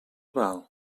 val